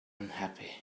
unhappy